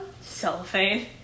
Cellophane